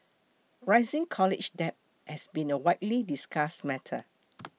rising college debt has been a widely discussed matter